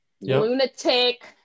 lunatic